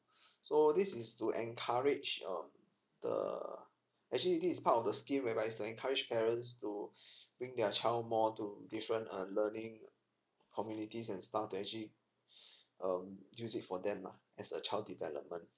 so this is to encourage um the actually this is part of the scheme whereby is to encourage parents to bring their child more to different uh learning communities and stuff to actually um use it for them lah as a child development